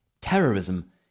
terrorism